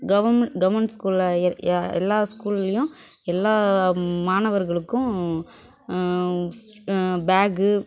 government government ஸ்கூல்ல எல்லா ஸ்கூல்லேயும் எல்லா மாணவர்களுக்கும் பேக்